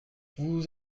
vous